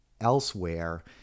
elsewhere